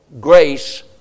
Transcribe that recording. grace